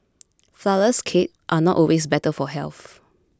Flourless Cakes are not always better for health